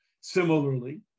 Similarly